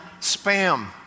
spam